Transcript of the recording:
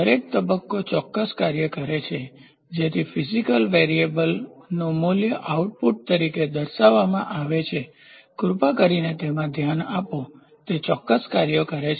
દરેક તબક્કો ચોક્કસ કાર્ય કરે છે જેથી ફીઝીક્લ વેરીએબલ ભૌતિક ચલનું મૂલ્ય આઉટપુટ તરીકે દર્શાવવામાં આવે છે કૃપા કરીને તેમાં ધ્યાન આપો તે ચોક્કસ કાર્યો કરે છે